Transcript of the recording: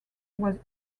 was